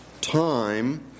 time